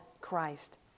Christ